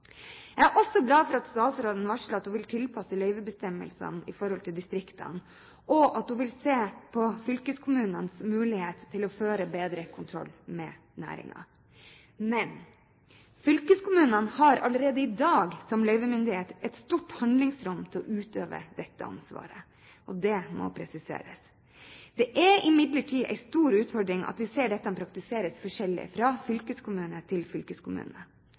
Jeg er også glad for at statsråden varslet at hun vil tilpasse løyvebestemmelsene til distriktene, og at hun vil se på fylkeskommunenes mulighet til å føre bedre kontroll med næringen. Men fylkeskommunene som løyvemyndighet har allerede i dag et stort handlingsrom til å utøve dette ansvaret. Det må presiseres. Det er imidlertid en stor utfordring at dette praktiseres forskjellig fra fylkeskommune til